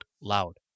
loud